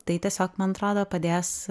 tai tiesiog man atrodo padės